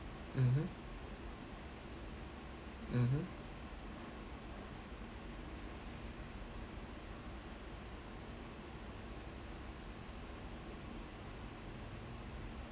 mmhmm mmhmm